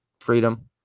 freedom